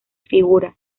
figura